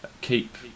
keep